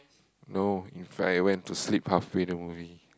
no in fact I went to sleep halfway the movie